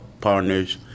partners